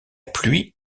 pluie